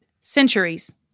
Centuries